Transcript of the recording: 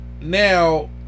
now